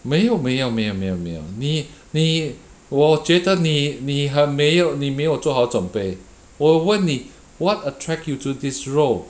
没有没有没有没有没有你你我觉得你你很没有你没有做好准备我问你 what attract you to this role